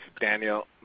Daniel